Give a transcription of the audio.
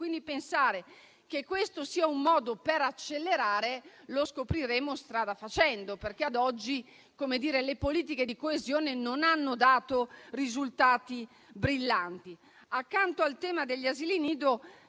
buon fine. Se questo sia un modo per accelerare, quindi, lo scopriremo strada facendo, perché ad oggi le politiche di coesione non hanno dato risultati brillanti. Accanto al tema degli asili nido